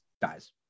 dies